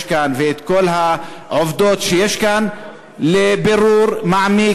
כאן ואת כל העובדות שיש כאן לבירור מעמיק,